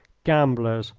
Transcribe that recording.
gamblers,